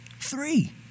three